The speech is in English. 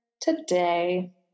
today